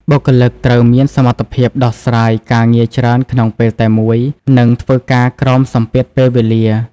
បុគ្គលិកត្រូវមានសមត្ថភាពដោះស្រាយការងារច្រើនក្នុងពេលតែមួយ និងធ្វើការក្រោមសម្ពាធពេលវេលា។